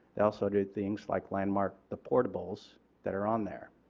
they also do things like landmark the portables that are on there.